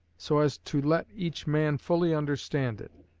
so as to let each man fully understand it.